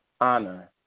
honor